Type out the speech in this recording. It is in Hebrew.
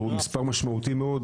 שהוא מספר משמעותי מאוד,